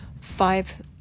five